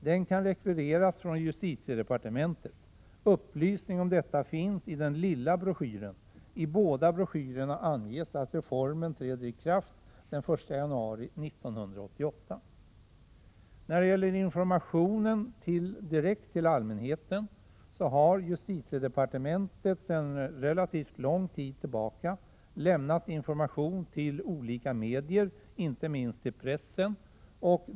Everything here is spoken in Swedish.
Den kan rekvireras från justitiedepartementet. Upplysning om detta finns i den lilla broschyren. I båda broschyrerna anges att reformen träder i kraft den 1 januari 1988. Prot. 1986/87:122 När det gäller informationen direkt till allmänheten har justitiedeparte 13 maj 1987 mentet sedan relativt lång tid tillbaka lämnat information till olika medier, inte minst till pressen.